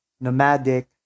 nomadic